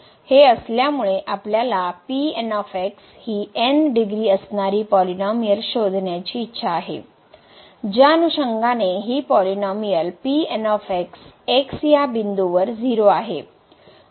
हे असल्यामुळे आपल्याला हि n डिग्री असणारी पॉलिनोमिअल शोधण्याची इच्छा आहे ज्यानुषंगाने हि पॉलिनोमिअल x या बिंदूवर 0 आहे